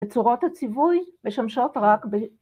‫וצורות הציווי משמשות רק ב...